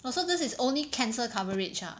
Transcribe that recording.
oh so this is only cancer coverage ah